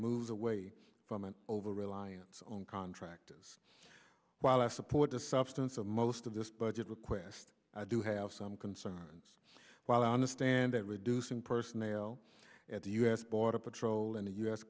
moves away from an over reliance on contractors while i support the substance of most of this budget request i do have some concerns while i understand that reducing personnel at the u s border patrol in the u